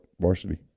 varsity